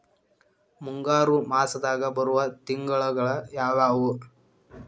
ಮುಂಗಾರು ಮಾಸದಾಗ ಬರುವ ತಿಂಗಳುಗಳ ಯಾವವು?